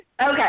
Okay